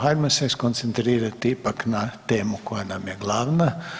Hajdemo se skoncentrirati ipak na temu koja nam je glavna.